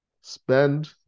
Spend